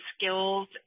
skills